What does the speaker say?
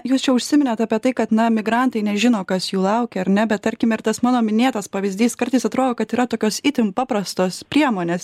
jūs čia užsiminėt apie tai kad na migrantai nežino kas jų laukia ar ne bet tarkime ir tas mano minėtas pavyzdys kartais atrodo kad yra tokios itin paprastos priemonės